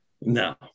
No